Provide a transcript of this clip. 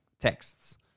texts